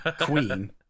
queen